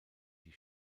die